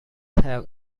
had